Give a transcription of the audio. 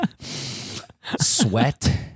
sweat